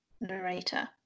narrator